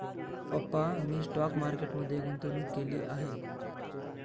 पप्पा मी stock market मध्ये गुंतवणूक केली आहे